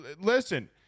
listen